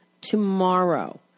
tomorrow